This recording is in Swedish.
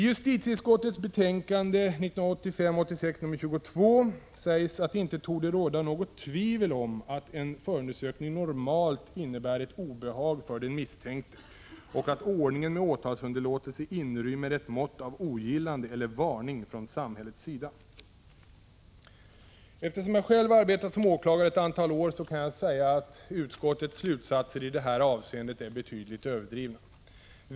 Tjustitieutskottets betänkande 1985/86:22 sägs att det inte torde råda något tvivel om att ”en förundersökning normalt innebär ett obehag för den misstänkte” och att ordningen med åtalsunderlåtelse ”inrymmer ett mått av ogillande eller varning från samhällets sida”. Eftersom jag själv arbetat som åklagare ett antal år kan jag säga att utskottets slutsatser i det här avseendet är betydligt överdrivna.